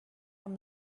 from